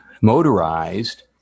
motorized